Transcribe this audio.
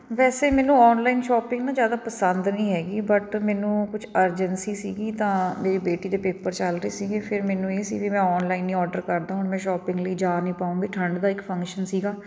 ਵੈਸੇ ਮੈਨੂੰ online shopping ਨਾ ਜ਼ਿਆਦਾ ਪਸੰਦ ਨਹੀਂ ਹੈਗੀ ਬਟ ਮੈਨੂੰ ਕੁਛ ਅਰਜੈਂਸੀ ਸੀਗੀ ਤਾਂ ਮੇਰੀ ਬੇਟੀ ਦੇ ਪੇਪਰ ਚੱਲ ਰਹੇ ਸੀਗੇ ਫਿਰ ਮੈਨੂੰ ਇਹ ਸੀ ਵੀ ਮੈਂ ਔਨਲਾਈਨ ਹੀ ਔਡਰ ਕਰਦਾ ਹੁਣ ਮੈਂ ਸ਼ੋਪਿੰਗ ਲਈ ਜਾ ਨਹੀਂ ਪਾਉਂਗੀ ਠੰਡ ਦਾ ਇੱਕ ਫੰਕਸ਼ਨ ਸੀਗਾ